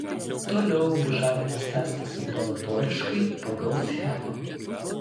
toliau bužavimas tęstas ambulatoriškai pagal schemą